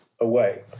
away